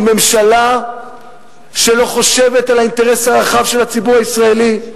ממשלה שלא חושבת על האינטרס הרחב של הציבור הישראלי,